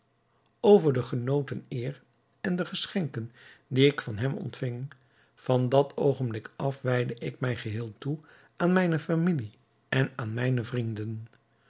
over de genoten eer en de geschenken die ik van hem ontving van dat oogenblik af wijdde ik mij geheel toe aan mijne familie en aan mijne vrienden